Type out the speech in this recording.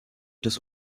des